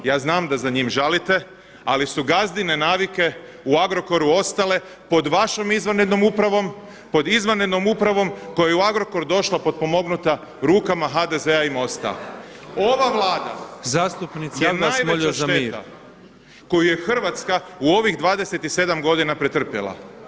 Ja znam da za njim žalite, ali su gazdine navike u Agrokoru ostale pod vašom izvanrednom upravom, pod izvanrednom upravom koja je u Agrokor došla potpomognuta rukama HDZ-a i MOST-a [[Upadica predsjednik: Zastupnici ja bih vas molio za mir!]] Ova Vlada je najveća šteta koju je Hrvatska u ovih 27 godina pretrpjela.